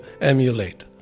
emulate